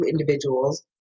individuals